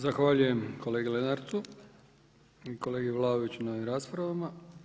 Zahvaljujem kolegi Lenartu i kolegi Vlaoviću na ovim raspravama.